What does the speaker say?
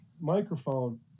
microphone